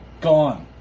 Gone